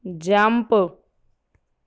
jump